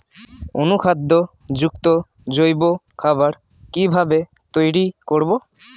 অনুখাদ্য যুক্ত জৈব খাবার কিভাবে তৈরি করব?